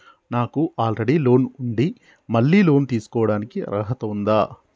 నాకు already loan ఉండి మళ్ళీ లోన్ తీసుకోవడానికి అర్హత ఉందా?